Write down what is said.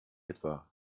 etwa